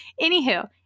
Anywho